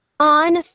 on